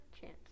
Chance